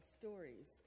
stories